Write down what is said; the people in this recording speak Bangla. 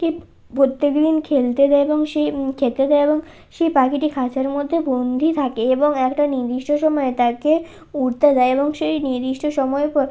কি প্রত্যেকদিন খেলতে দেয় এবং সে খেতে দেয় এবং সেই পাখিটি খাঁচার মধ্যে বন্দি থাকে এবং একটা নির্দিষ্ট সময় তাকে উড়তে দেয় এবং সেই নির্দিষ্ট সময়ের পর